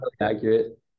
accurate